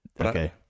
Okay